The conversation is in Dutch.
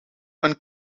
een